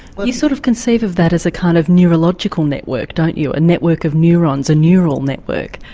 but you sort of conceive of that as a kind of neurological network, don't you, a network of neurons, a neural network.